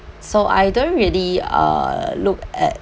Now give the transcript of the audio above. so I don't really uh look at